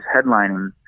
headlining